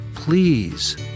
Please